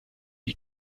die